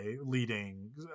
leading